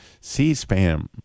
C-SPAM